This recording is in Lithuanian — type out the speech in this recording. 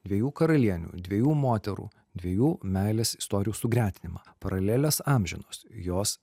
dviejų karalienių dviejų moterų dviejų meilės istorijų sugretinimą paralelės amžinos jos